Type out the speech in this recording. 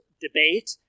debate